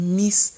miss